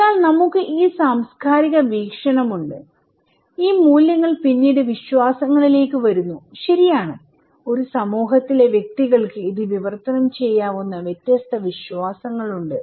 അതിനാൽ നമുക്ക് ഈ സാംസ്കാരിക വീക്ഷണമുണ്ട് ഈ മൂല്യങ്ങൾ പിന്നീട് വിശ്വാസങ്ങളിലേക്ക് വരുന്നു ശരിയാണ് ഒരു സമൂഹത്തിലെ വ്യക്തികൾക്ക് ഇത് വിവർത്തനം ചെയ്യാവുന്ന വ്യത്യസ്ത വിശ്വാസങ്ങളുണ്ട്